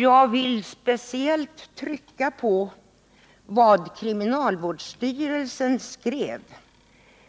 Jag vill speciellt trycka på vad kriminalvårdsstyrelsen skrev